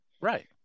Right